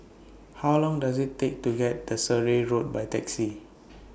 How Long Does IT Take to get to Surrey Road By Taxi